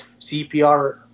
CPR